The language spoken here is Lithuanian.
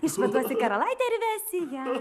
išvaduosi karalaitę ir vesi ją